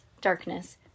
darkness